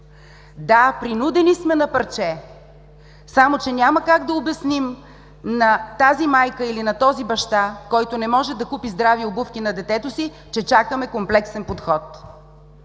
Да, принудени сме на парче. Само че няма как да обясним на тази майка или на този баща, който не може да купи здрави обувки на детето си, че чакаме комплексен подход.